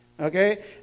Okay